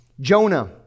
Jonah